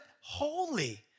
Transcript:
holy